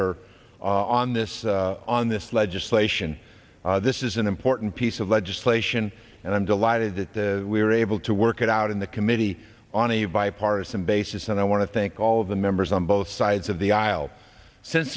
her on this on this legislation this is an important piece of legislation and i'm delighted that we were able to work it out in the committee on a bipartisan basis and i want to thank all of the members on both sides of the aisle since